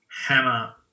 hammer